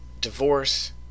divorce